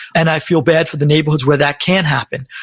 and i feel bad for the neighborhoods where that can't happen,